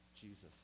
Jesus